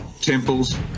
temples